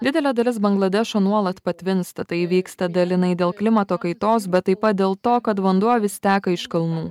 didelė dalis bangladešo nuolat patvinsta tai įvyksta dalinai dėl klimato kaitos bet taip pat dėl to kad vanduo vis teka iš kalnų